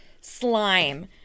slime